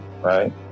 right